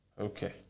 Okay